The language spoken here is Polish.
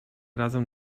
razem